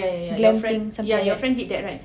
glamping something like that